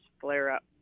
flare-up